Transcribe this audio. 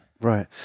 right